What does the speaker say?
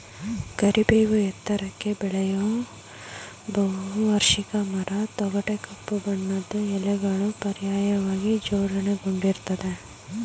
ಕರಿಬೇವು ಎತ್ತರಕ್ಕೆ ಬೆಳೆಯೋ ಬಹುವಾರ್ಷಿಕ ಮರ ತೊಗಟೆ ಕಪ್ಪು ಬಣ್ಣದ್ದು ಎಲೆಗಳು ಪರ್ಯಾಯವಾಗಿ ಜೋಡಣೆಗೊಂಡಿರ್ತದೆ